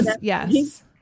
Yes